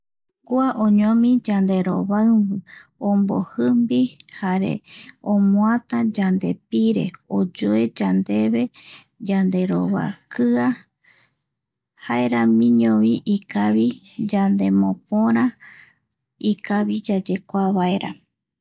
Kua oñomi yanderovaumbi omojimbijare omoata yandepire oyoe yandeve yanderovakia jaeramiñovi ikavi ñanemopöra ikavi yayekua vaera